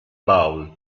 bowl